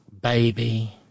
baby